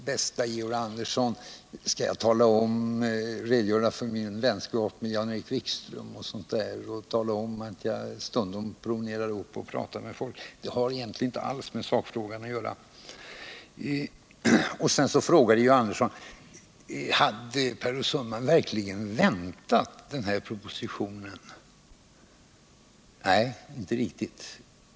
Bästa Georg Andersson, skall jag redogöra för min vänskap med Jan-Erik Wikström och tala om att jag stundom pratar med folk? Det har ju inte alls med sakfrågan att göra. Georg Andersson frågade vidare om jag verkligen hade väntat denna proposition. Nej, inte riktigt.